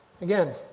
Again